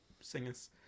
singers